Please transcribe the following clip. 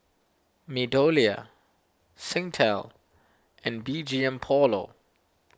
MeadowLea Singtel and B G M Polo